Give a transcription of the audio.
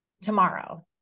tomorrow